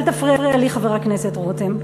אל תפריע לי, חבר הכנסת רותם,